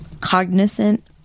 cognizant